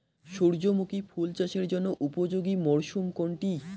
সূর্যমুখী ফুল চাষের জন্য উপযোগী মরসুম কোনটি?